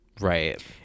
Right